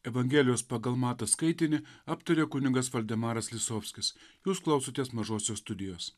evangelijos pagal matą skaitinį aptarė kunigas valdemaras lisovskis jūs klausotės mažosios studijos